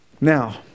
Now